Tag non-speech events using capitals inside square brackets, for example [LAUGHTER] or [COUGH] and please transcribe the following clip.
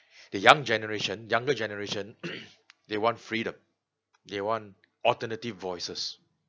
the young generation younger generation [NOISE] they want freedom they want alternative voices